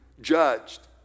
judged